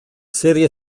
serie